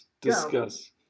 Discuss